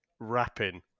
rapping